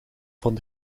van